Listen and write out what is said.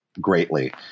greatly